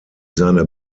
seine